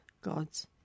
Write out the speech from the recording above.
God's